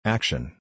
Action